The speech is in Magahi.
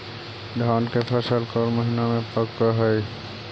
धान के फसल कौन महिना मे पक हैं?